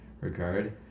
regard